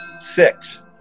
Six